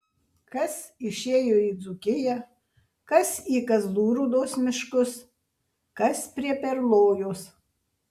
kas išėjo į dzūkiją kas į kazlų rūdos miškus kas prie perlojos